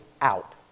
out